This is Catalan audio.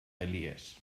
elies